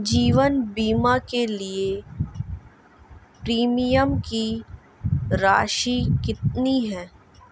जीवन बीमा के लिए प्रीमियम की राशि कितनी है?